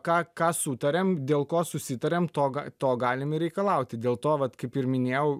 ką ką sutariam dėl ko susitariam to ga to galim ir reikalauti dėl to vat kaip ir minėjau